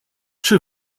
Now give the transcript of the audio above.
czy